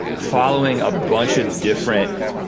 following a bunch of different,